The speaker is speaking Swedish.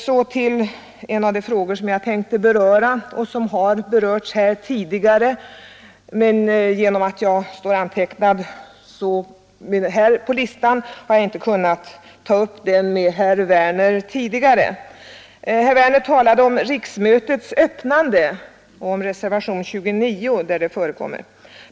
Så till en av de frågor jag tänkte beröra och som även tagits upp tidigare i debatten av herr Werner i Malmö. På grund av att jag var antecknad så pass sent på listan har jag inte förrän nu kunnat bemöta honom. Herr Werner har tagit upp frågan om riksmötets öppnande i moderaternas reservation 29.